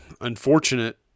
unfortunate